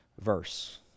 verse